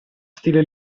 stile